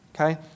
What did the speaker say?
Okay